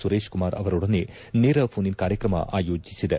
ಸುರೇಶ್ ಕುಮಾರ್ ಅವರೊಡನೆ ನೇರ phone in ಕಾರ್ಯಕ್ರಮ ಆಯೋಜೆಸಿದೆ